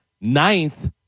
ninth